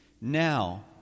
Now